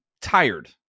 tired